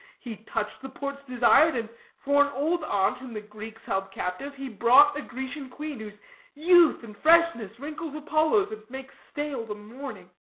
he touch'd the ports desir'd and for an old aunt whom the greeks held captive he brought a grecian queen, whose youth and freshness wrinkles apollo's, and makes stale the morning.